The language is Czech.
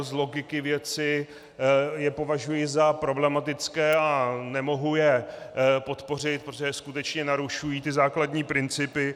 Z logiky věci je považuji za problematické a nemohu je podpořit, protože skutečně narušují ty základní principy.